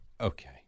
Okay